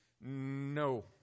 No